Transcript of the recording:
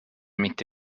mitt